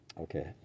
okay